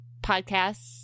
podcasts